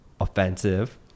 offensive